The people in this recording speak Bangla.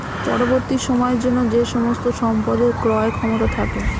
পরবর্তী সময়ের জন্য যে সমস্ত সম্পদের ক্রয় ক্ষমতা থাকে